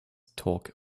talk